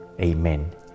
Amen